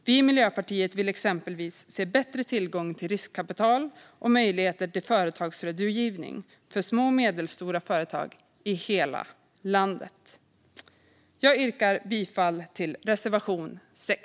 Vi i Miljöpartiet vill exempelvis se bättre tillgång till riskkapital och möjligheter till företagsrådgivning för små och medelstora företag i hela landet. Jag yrkar bifall till reservation 6.